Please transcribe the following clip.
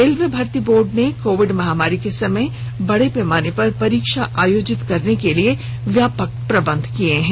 railway भर्ती board ने Covid महामारी के समय में बड़े पैमाने पर परीक्षा आयोजित करने के लिए व्यापक प्रबंध किए हैं